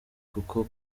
kuko